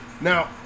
Now